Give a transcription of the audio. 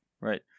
Right